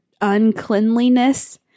uncleanliness